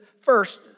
first